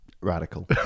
radical